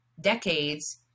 decades